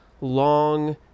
long